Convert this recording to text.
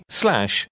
slash